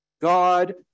God